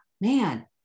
man